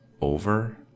over